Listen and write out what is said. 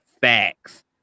facts